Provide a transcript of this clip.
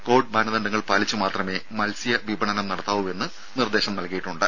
Covid മാനദണ്ഡങ്ങൾ പാലിച്ച് മാത്രമേ മത്സ്യ വിപണനം നടത്താവു എന്ന് നിർദേശം നൽകിയിട്ടുണ്ട്